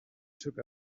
took